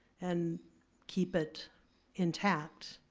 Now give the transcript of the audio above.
and keep it intact.